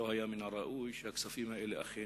לא היה מן הראוי שהכספים האלה אכן